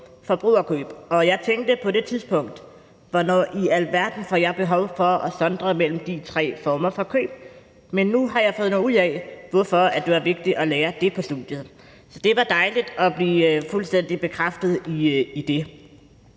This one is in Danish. forbrugerkøb. Og jeg tænkte på det tidspunkt: Hvornår i alverden får jeg behov for at sondre mellem de tre former for køb? Men nu har jeg fundet ud af, hvorfor det var vigtigt at lære det på studiet, så det var dejligt at blive fuldstændig bekræftet i det.